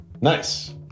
Nice